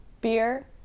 Beer